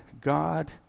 God